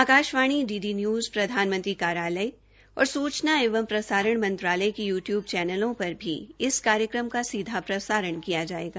Akashvani DD news प्रधानमंत्री कार्यालय और सुचना एवं प्रसारण मंत्रालय के यु टयुब चैनलों पर भी इस कार्यकम का सीधा प्रसारण किया जायेगा